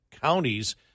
counties